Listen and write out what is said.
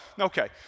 okay